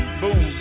boom